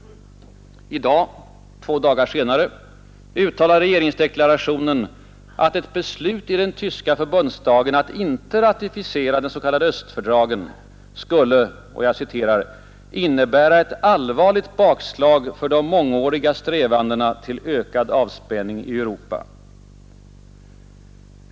I dag — två dagar senare — uttalas i regeringsdeklarationen att ett beslut i den tyska förbundsdagen att inte ratificera de s.k. östfördragen skulle ”innebära ett allvarligt bakslag för de mångåriga strävandena till ökad avspänning i Europa”.